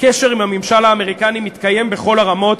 הקשר עם הממשל האמריקני מתקיים בכל הרמות,